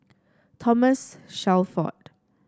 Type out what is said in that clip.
Thomas Shelford